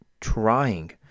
trying